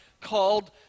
called